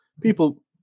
People